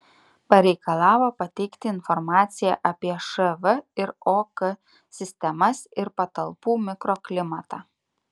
pareikalavo pateikti informaciją apie šv ir ok sistemas ir patalpų mikroklimatą